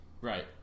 Right